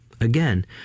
again